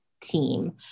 team